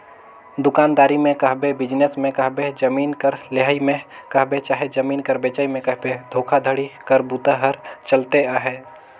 दुकानदारी में कहबे, बिजनेस में कहबे, जमीन कर लेहई में कहबे चहे जमीन कर बेंचई में कहबे धोखाघड़ी कर बूता हर चलते अहे